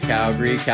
Calgary